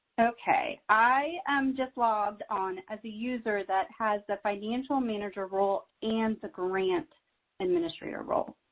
okay, i am just logged on as a user that has the financial manager role and the grant administrator role.